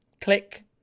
click